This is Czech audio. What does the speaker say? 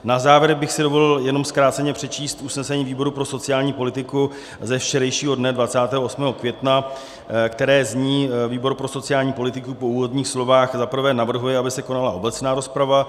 Na závěr bych si dovolil jenom zkráceně přečíst usnesení výboru pro sociální politiku ze včerejšího dne 28. května, které zní: Výbor pro sociální politiku po úvodních slovech, za prvé, navrhuje, aby se konala obecná rozprava.